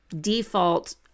default